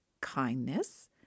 kindness